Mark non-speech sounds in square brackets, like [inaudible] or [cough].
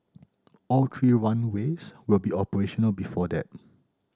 [noise] all three runways will be operational before that [noise]